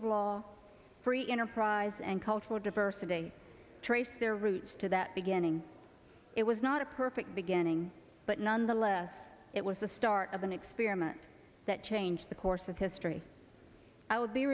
of law free enterprise and cultural diversity trace their roots to that beginning it was not a perfect beginning nonetheless it was the start of an experiment that changed the course of history i would be